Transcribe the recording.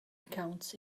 accounts